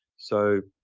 so,